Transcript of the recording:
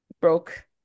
broke